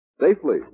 safely